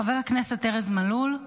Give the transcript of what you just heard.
חבר הכנסת ארז מלול,